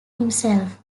himself